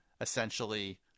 essentially